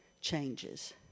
changes